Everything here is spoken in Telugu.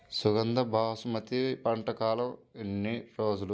సుగంధ బాసుమతి పంట కాలం ఎన్ని రోజులు?